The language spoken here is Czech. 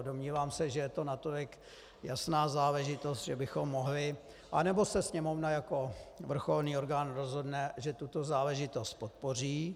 Domnívám se, že je to natolik jasná záležitost, že bychom mohli, nebo se Sněmovna jako vrcholný orgán rozhodne, že tuto záležitost podpoří.